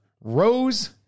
Rose